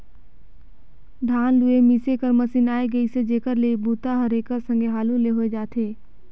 धान लूए मिसे कर मसीन आए गेइसे जेखर ले ए बूता हर एकर संघे हालू ले होए जाथे